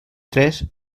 tres